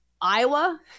Iowa